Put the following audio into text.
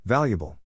Valuable